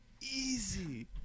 easy